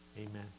amen